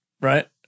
right